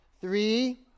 Three